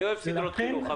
אני אוהב סדרות חינוך.